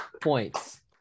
points